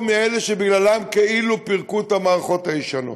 מאלה שבגללם כאילו פירקו את המערכות הישנות.